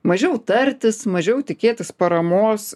mažiau tartis mažiau tikėtis paramos